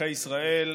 אזרחי ישראל,